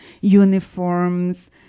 uniforms